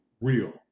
real